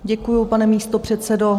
Děkuji, pane místopředsedo.